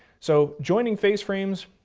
so, joining face frames,